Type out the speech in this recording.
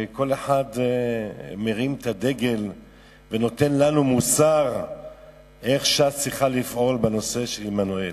כל אחד מרים את הדגל ונותן לנו מוסר איך ש"ס צריכה לפעול בנושא עמנואל.